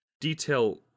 detail